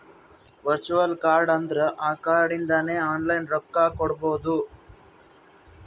virtual card ಅಂದುರ್ ಆ card ಇಂದಾನೆ ಆನ್ಲೈನ್ ರೊಕ್ಕಾ ಕೊಡ್ಬೋದು